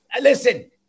Listen